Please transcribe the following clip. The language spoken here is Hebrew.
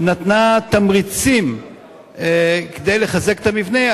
נתנה תמריצים כדי לחזק את המבנה,